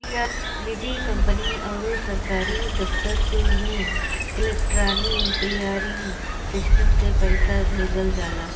निजी कंपनी अउरी सरकारी दफ्तर कुल में इलेक्ट्रोनिक क्लीयरिंग सिस्टम से पईसा भेजल जाला